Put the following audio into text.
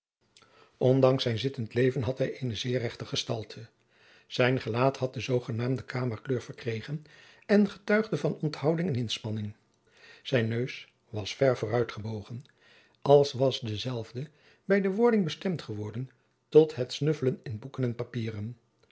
ondanks zijn zittend leven had hij eene zeer rechte gestalte zijn gelaat had de zoogenaamde kamerkleur verkregen en getuigde van onthouding en inspanning zijn neus was ver vooruitgebogen als was dezelve bij de wording bestemd geworden tot het snuffelen in boeken en papieren